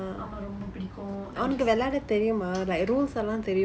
ஆமாம் ரொம்ப பிடிக்கும்:aamaam romba pidikkum